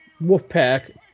Wolfpack